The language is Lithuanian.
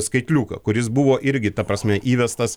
skaitliuką kuris buvo irgi ta prasme įvestas